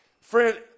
Friend